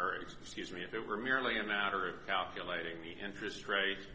or excuse me if it were merely a matter of calculating the interest rate